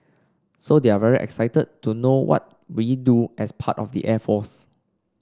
so they're very excited to know what we do as part of the air force